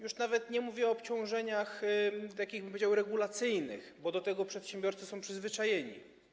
Już nawet nie mówię o obciążeniach, powiedziałbym, regulacyjnych, bo do tego przedsiębiorcy są przyzwyczajeni.